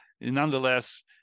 nonetheless